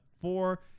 four